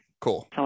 cool